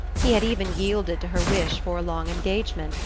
he had even yielded to her wish for a long engagement,